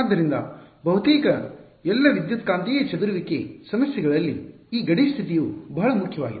ಆದ್ದರಿಂದ ಬಹುತೇಕ ಎಲ್ಲ ವಿದ್ಯುತ್ಕಾಂತೀಯ ಚದುರುವಿಕೆ ಸಮಸ್ಯೆಗಳಲ್ಲಿ ಈ ಗಡಿ ಸ್ಥಿತಿಯು ಬಹಳ ಮುಖ್ಯವಾಗಿದೆ